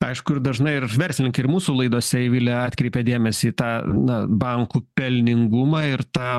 aišku ir dažnai ir verslininkai ir mūsų laidose eivile atkreipia dėmesį į tą na bankų pelningumą ir tą